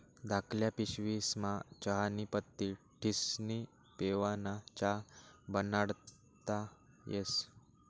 धाकल्ल्या पिशवीस्मा चहानी पत्ती ठिस्नी पेवाना च्या बनाडता येस